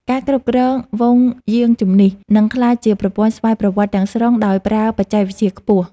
ការគ្រប់គ្រងហ្វូងយានជំនិះ នឹងក្លាយជាប្រព័ន្ធស្វ័យប្រវត្តិទាំងស្រុងដោយប្រើបច្ចេកវិទ្យាខ្ពស់។